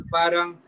parang